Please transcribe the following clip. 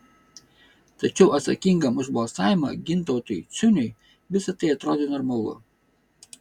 tačiau atsakingam už balsavimą gintautui ciuniui visa tai atrodė normalu